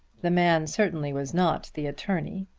the man certainly was not the attorney,